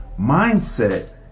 Mindset